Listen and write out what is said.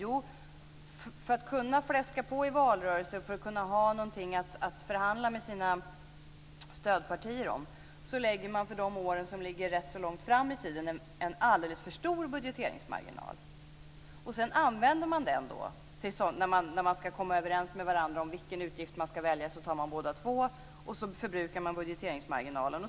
Jo, för att kunna fläska på i valrörelsen och för att ha någonting att förhandla med sina stödpartier om lägger man för de år som ligger rätt långt fram i tiden en alldeles för stor budgeteringsmarginal. Sedan använder man den. När man ska komma överens med varandra om vilken utgift man ska välja tar man båda två, och så förbrukar man budgeteringsmarginalen.